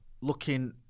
looking